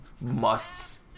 musts